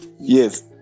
Yes